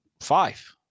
Five